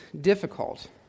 difficult